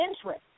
interest